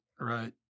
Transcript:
right